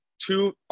two